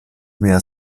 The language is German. mehr